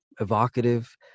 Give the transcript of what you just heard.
evocative